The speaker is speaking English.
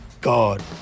God